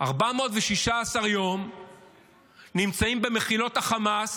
416 יום נמצאים במחילות חמאס